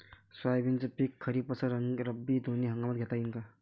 सोयाबीनचं पिक खरीप अस रब्बी दोनी हंगामात घेता येईन का?